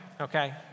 okay